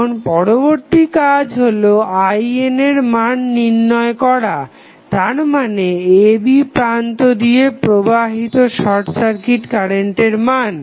এখন পরবর্তী কাজ হলো IN এর মান নির্ণয় করা তার মানে a b প্রান্ত দিয়ে প্রবাহিত শর্ট সার্কিট কারেন্টের মান